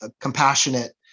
compassionate